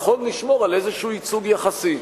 נכון לשמור על איזה ייצוג יחסי.